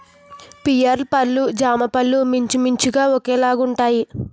pear పళ్ళు జామపళ్ళు మించుమించుగా ఒకేలాగుంటాయి